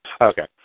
Okay